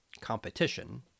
competition